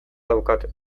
daukate